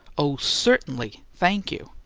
oh, certainly, thank you!